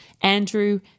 Andrew